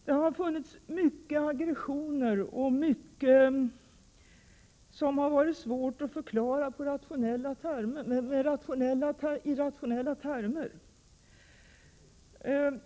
Det har funnits mycket av aggressioner och mycket som har varit svårt att förklara i rationella termer.